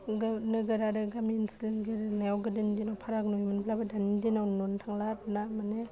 नोंगौ नोगोर आरो गामि ओनसोलनि गेलेनायाव गोदोनि दिनाव फाराग नुयोमोनब्लाबो दानि दिनाव नुनो थांला आरो ना माने